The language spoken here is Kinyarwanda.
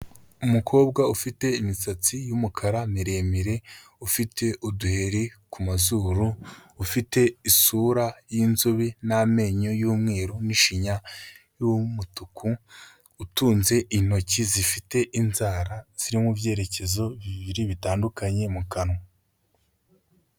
Umukobwa ufite imisatsi y'umukara miremire, ufite uduheri ku mazuru, ufite isura y'inzube n'amenyo y'umweru n'ishinya y'umutuku, utunze intoki zifite inzara ziri mu byerekezo bibiri bitandukanye mu kanwa.